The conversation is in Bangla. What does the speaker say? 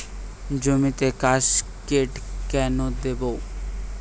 জমিতে কাসকেড কেন দেবো?